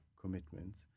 commitments